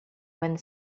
wind